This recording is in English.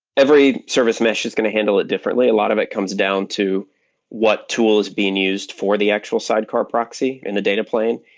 every service mesh is going to handle it differently. a lot of it comes down to what tool is being used for the actual sidecar proxy in the data plane.